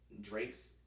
Drapes